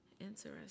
Interesting